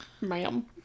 ma'am